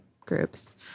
groups